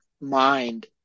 mind